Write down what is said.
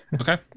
Okay